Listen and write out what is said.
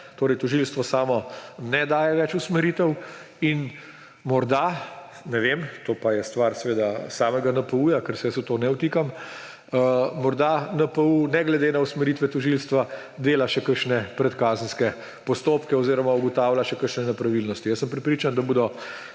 Torej tožilstvo samo ne daje več usmeritev. In morda, ne vem, to pa je stvar seveda samega NPU, ker se jaz v to ne vtikam; morda NPU ne glede na usmeritve tožilstva dela še kakšne predkazenske postopke oziroma ugotavlja še kakšne nepravilnosti. Jaz sem prepričan, da bodo